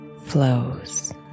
flows